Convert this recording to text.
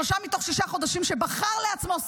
שלושה מתוך שישה חודשים שבחר לעצמו.